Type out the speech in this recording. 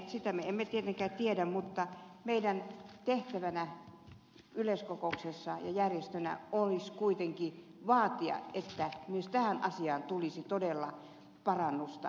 sitä me emme tietenkään tiedä mutta meidän tehtävänämme yleiskokouksessa ja järjestönä olisi kuitenkin vaatia että myös tähän asiaan tulisi todella parannusta